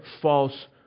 false